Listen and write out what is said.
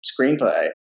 screenplay